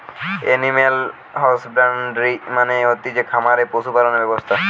animal husbandry মানে হতিছে খামারে পশু পালনের ব্যবসা